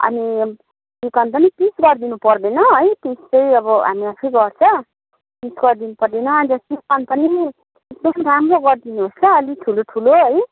अनि चिकन पनि पिस गरिदिनु पर्दैन है पिस चाहिँ अब हामी आफै गर्छ पिस गरिदिनु पर्दैन अन्त चिकन पनि एकदम राम्रो गरिदिनुहोस् ल अलि ठुलो ठुलो है